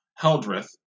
Heldreth